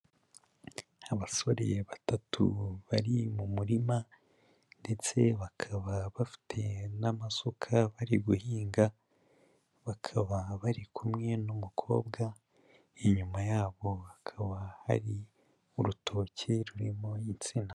Abasore batatu bari mu murima ndetse bakaba bafite n'amasuka bari guhinga, bakaba bari kumwe n'umukobwa, inyuma yabo hakaba hari urutoki rurimo insina.